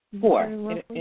Four